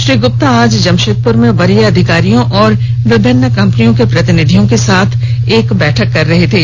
श्री गुप्ता आज जमशेदपुर में वरीय अधिकारियों और विभिन्न कंपनियों के प्रतिनिधियों के साथ एक बैठक कर रहे थे